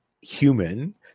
human